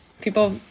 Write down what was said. people